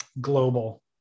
global